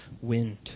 wind